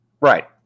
Right